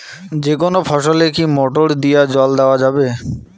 যেকোনো ফসলে কি মোটর দিয়া জল দেওয়া যাবে?